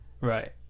Right